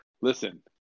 listen